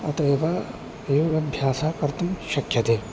अतः एव योगाभ्यासः कर्तुं शक्यते